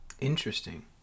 interesting